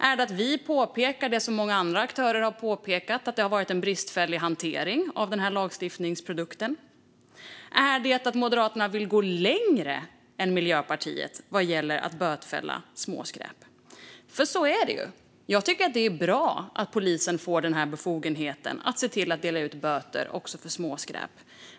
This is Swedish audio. Är det att vi påpekar det som många andra aktörer har påpekat - att det har varit en bristfällig hantering av lagstiftningsprodukten? Är det att Moderaterna vill gå längre än Miljöpartiet vad gäller att bötfälla småskräp? För så är det ju. Jag tycker att det är bra att polisen får befogenheten att dela ut böter också för småskräp.